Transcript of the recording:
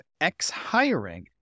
X-Hiring